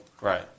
Right